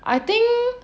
I think